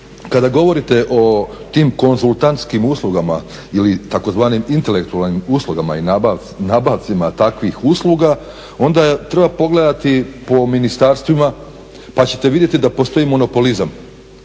kada govorite o tim konzultantskim uslugama ili tzv. intelektualnim uslugama i nabavcima takvih usluga onda treba pogledati po ministarstvima, pa ćete vidjeti da postoji monopolizam